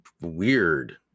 weird